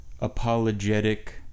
apologetic